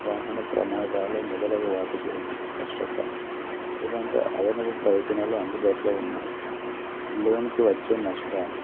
వాహన ప్రమాదాలు మొదలగు వాటి గురించి స్పష్టత ఎలాంటి అదనపు ప్రయోజనాలు అందుబాటులో ఉన్నాయి లోన్కి వచ్చే నష్టాలు